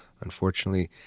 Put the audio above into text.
unfortunately